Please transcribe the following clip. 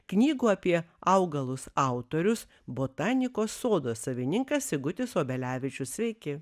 knygų apie augalus autorius botanikos sodo savininkas sigutis obelevičius sveiki